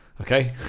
okay